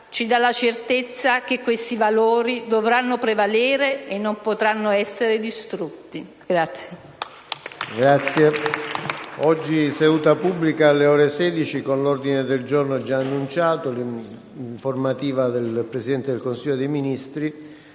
ci dà la certezza che questi valori dovranno prevalere e non potranno essere distrutti».